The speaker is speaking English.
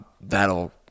that'll